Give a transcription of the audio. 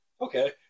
Okay